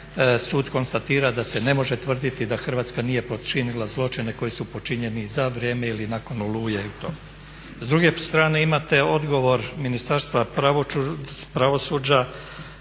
sud konstatira da se ne može tvrditi da Hrvatska nije počinila zločine koji su počinjeni za vrijeme ili nakon Oluje. S druge strane imate odgovor Ministarstva pravosuđa